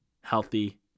healthy